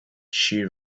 she